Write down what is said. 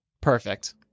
Perfect